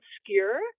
obscure